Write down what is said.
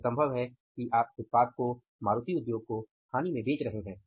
यह संभव है कि आप इस उत्पाद को हानि में मारुति को बेच रहे हैं